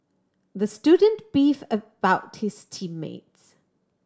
the student beefed about his team mates